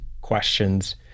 questions